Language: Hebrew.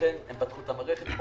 ואכן פתחו את המערכת,